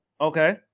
Okay